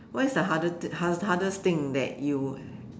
what is the harder~ ha~ hardest thing that you